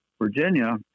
Virginia